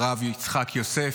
הרב יצחק יוסף,